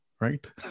right